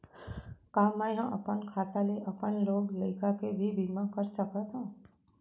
का मैं ह अपन खाता ले अपन लोग लइका के भी बीमा कर सकत हो